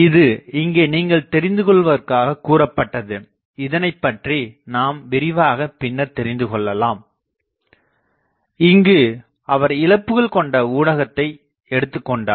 இது இங்கே நீங்கள் தெரிந்து கொள்வதற்காகக் கூறப்பட்டது இதனைப்பற்றி நாம் விரிவாகப் பின்னர்த் தெரிந்துகொள்ளலாம் இங்கு அவர் இழப்புகள் கொண்ட ஊடகத்தை எடுத்துக்கொண்டார்